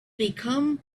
become